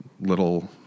little